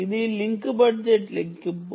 ఇది link budget లెక్కింపు